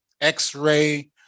X-ray